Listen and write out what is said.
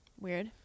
Weird